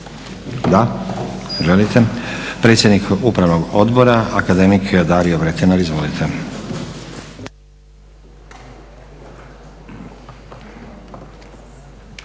Da. Želite. Predsjednik Upravnog odbora akademik Dario Vretenar, izvolite.